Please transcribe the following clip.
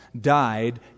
died